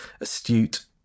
astute